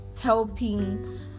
helping